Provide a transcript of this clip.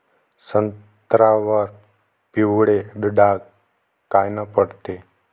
संत्र्यावर पिवळे डाग कायनं पडते?